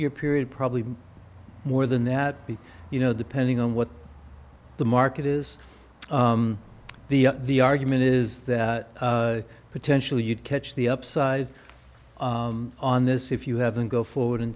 year period probably more than that you know depending on what the market is the the argument is that potentially you'd catch the upside on this if you haven't go forward in